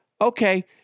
Okay